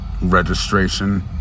registration